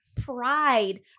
pride